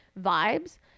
vibes